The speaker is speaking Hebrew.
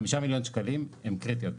חמישה מיליון שקלים הם קריטיים בשבילו.